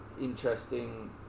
interesting